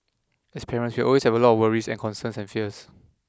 as parents we will always have a lot of worries and concerns and fears